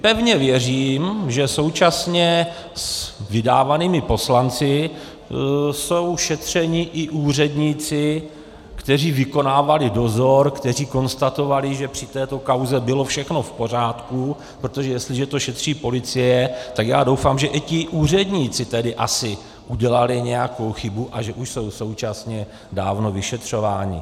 Pevně věřím, že současně s vydávanými poslanci jsou šetřeni i úředníci, kteří vykonávali dozor, kteří konstatovali, že při této kauze bylo všechno v pořádku, protože jestliže to šetří policie, tak já doufám, že i ti úředníci asi udělali nějakou chybu a že už jsou současně dávnou vyšetřování.